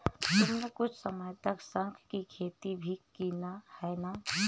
तुमने कुछ समय तक शंख की खेती भी की है ना?